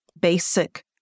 basic